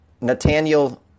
Nathaniel